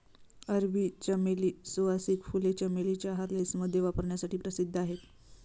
अरबी चमेली, सुवासिक फुले, चमेली चहा, लेसमध्ये वापरण्यासाठी प्रसिद्ध आहेत